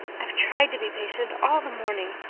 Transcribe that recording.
i've tried to be patient all the morning,